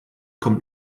kommt